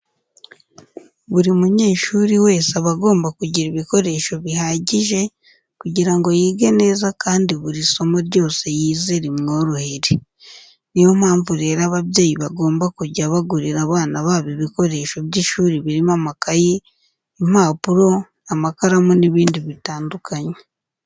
Buri munyehuri wese aba agomba kugira ibikoresho bihagije kugira ngo yige neza kandi buri somo ryose yize rimworohere. Ni yo mpamvu rero ababyeyi bagomba kujya bagurira abana babo ibikoresho by'ishuri birimo amakayi, impapuro, amakaramu n'ibindi bitandukanye.